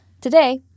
Today